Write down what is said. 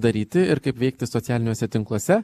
daryti ir kaip veikti socialiniuose tinkluose